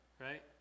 right